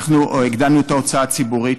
אנחנו הגדלנו את ההוצאה הציבורית.